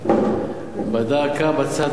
בדא עקא בצד הרחב של המלה.